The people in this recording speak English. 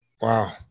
Wow